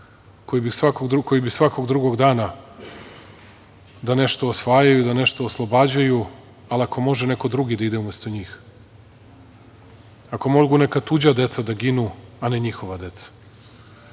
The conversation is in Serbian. koji bi svakog drugog dana da nešto osvajaju, da nešto oslobađaju, ali ako može neko drugi da ide umesto njih, ako mogu neka tuđa deca da ginu, a ne njihova deca. Da